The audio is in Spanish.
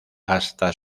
hasta